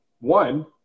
one